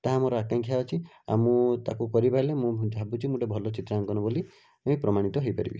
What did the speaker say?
ତାହା ମୋର ଆକାଂକ୍ଷା ଅଛି ଆଉ ମୁଁ ତାକୁ କରିପାରିଲେ ମୁଁ ଭାବୁଛି ମୁଁ ଗୋଟେ ଭଲ ଚିତ୍ରାଙ୍କନ ବୋଲି ବି ପ୍ରମାଣିତ ହେଇପାରିବି